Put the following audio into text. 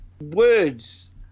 words